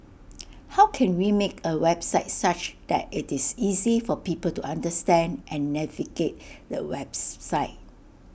how can we make A website such that IT is easy for people to understand and navigate the webs site